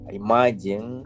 imagine